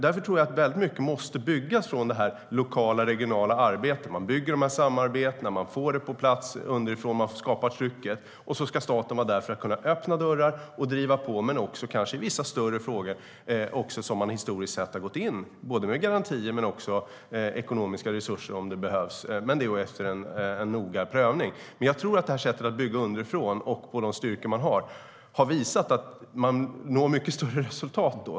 Därför tror jag att väldigt mycket måste byggas från det lokala och regionala arbetet. Man bygger de här samarbetena, man får det på plats underifrån, man skapar trycket och så ska staten vara där för att kunna öppna dörrar och driva på men också kanske i vissa större frågor, efter en noga prövning, gå in med garantier och ekonomiska resurser om det behövs. Det har gjorts historiskt. Jag tror att det här sättet att bygga underifrån på de styrkor man har, har visat att man når mycket bättre resultat då.